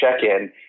check-in